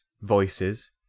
voices